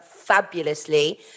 fabulously